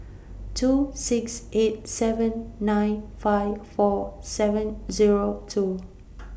two six eight seven nine five four seven Zero two